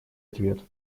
ответ